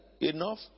enough